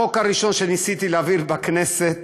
החוק הראשון שניסיתי להעביר בכנסת